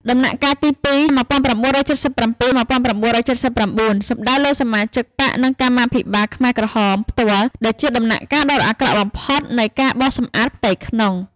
ដំណាក់កាលទីពីរ ១៩៧៧-១៩៧៩ សំដៅលើសមាជិកបក្សនិងកម្មាភិបាលខ្មែរក្រហមផ្ទាល់ដែលជាដំណាក់កាលដ៏អាក្រក់បំផុតនៃការបោសសម្អាតផ្ទៃក្នុង។